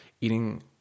eating